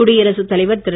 குடியரசுத் தலைவர் திரு